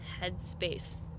headspace